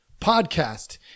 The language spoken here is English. podcast